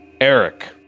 eric